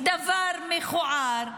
דבר מכוער,